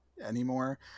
anymore